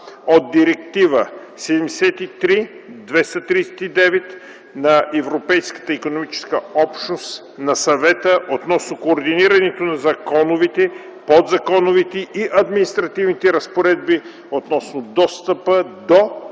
от Директива 73/239 на Европейската икономическа общност на Съвета относно координирането на законовите, подзаконовите и административните разпоредби относно достъпа до